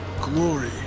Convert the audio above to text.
glory